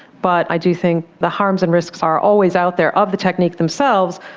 but i do think the harms and risks are always out there of the technique themselves,